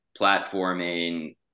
platforming